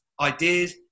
ideas